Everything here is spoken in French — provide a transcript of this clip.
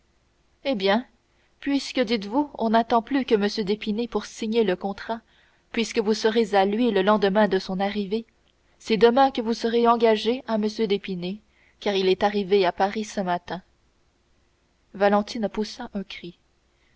eh bien puisque dites-vous on n'attend plus que m d'épinay pour signer le contrat puisque vous serez à lui le lendemain de son arrivée c'est demain que vous serez engagée à m d'épinay car il est arrivé à paris ce matin valentine poussa un cri